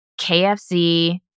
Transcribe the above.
KFC